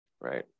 right